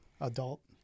adult